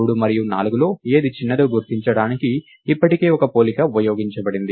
3 మరియు 4లో ఏది చిన్నదో గుర్తించడానికి ఇప్పటికే ఒక పోలిక ఉపయోగించబడింది